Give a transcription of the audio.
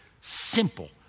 simple